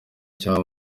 cya